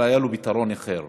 אבל היה לו פתרון אחר,